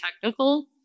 technical